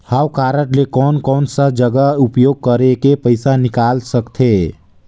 हव कारड ले कोन कोन सा जगह उपयोग करेके पइसा निकाल सकथे?